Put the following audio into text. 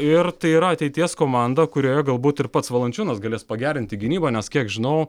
ir tai yra ateities komanda kurioje galbūt ir pats valančiūnas galės pagerinti gynybą nes kiek žinau